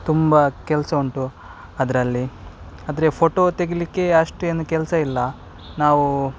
ತುಂಬ ಕೆಲಸ ಉಂಟು ಅದರಲ್ಲಿ ಆದರೆ ಫೋಟೋ ತೆಗಿಲಿಕ್ಕೆ ಅಷ್ಟೇನು ಕೆಲಸ ಇಲ್ಲ ನಾವೂ